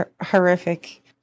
horrific